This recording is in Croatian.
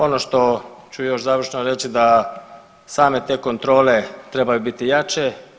Ono što ću još završno reći da same te kontrole trebaju biti jače.